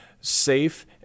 safe